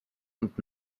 und